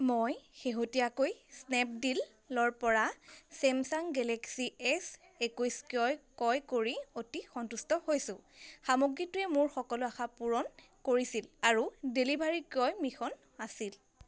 মই শেহতীয়াকৈ স্নেপডীলৰ পৰা ছেমছাং গেলেক্সী এছ একৈছ ক্ৰয় কৰি অতি সন্তুষ্ট হৈছোঁ সামগ্ৰীটোৱে মোৰ সকলো আশা পূৰণ কৰিছিল আৰু ডেলিভাৰী ক্ৰয় মসৃণ আছিল